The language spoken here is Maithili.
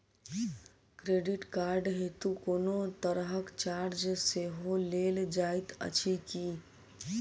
क्रेडिट कार्ड हेतु कोनो तरहक चार्ज सेहो लेल जाइत अछि की?